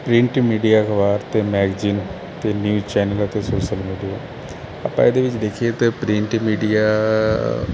print media ਅਖਬਾਰ ਅਤੇ magazine ਅਤੇ ਨਿਊਜ਼ ਚੈਨਲ ਅਤੇ ਸੋਸ਼ਲ ਮੀਡੀਆ ਆਪਾਂ ਇਹਦੇ ਵਿੱਚ ਦੇਖੀਏ ਤਾਂ ਪ੍ਰਿੰਟ ਮੀਡੀਆ